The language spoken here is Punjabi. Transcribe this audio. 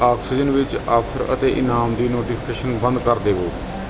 ਆਕਸੀਜਨ ਵਿੱਚ ਆਫ਼ਰ ਅਤੇ ਇਨਾਮ ਦੀ ਨੋਟੀਫਿਕੇਸ਼ਨਸ ਬੰਦ ਕਰ ਦੇਵੋ